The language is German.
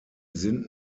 sind